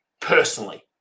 personally